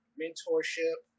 mentorship